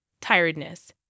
Tiredness